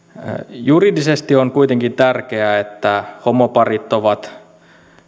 juridisesti on kuitenkin tärkeää että homoparit ovat